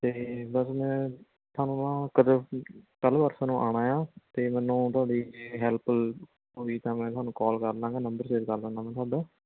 ਅਤੇ ਬਸ ਮੈਂ ਤੁਹਾਨੂੰ ਨਾ ਕਦੋਂ ਕੱਲ੍ਹ ਪਰਸੋਂ ਨੂੰ ਆਉਣਾ ਹੈ ਤਾਂ ਮੈਨੂੰ ਤੁਹਾਡੀ ਹੈਲਪ ਹੋਈ ਤਾਂ ਮੈਂ ਤੁਹਾਨੂੰ ਕੋਲ ਕਰ ਲਵਾਂਗਾ ਨੰਬਰ ਸੇਵ ਕਰ ਲੈਂਦਾ ਮੈਂ ਤੁਹਾਡਾ